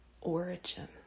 origin